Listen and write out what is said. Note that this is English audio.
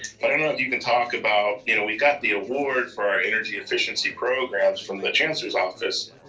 but i don't know if you can talk about, you know we got the award for our energy efficiency programs from the chancellor's office,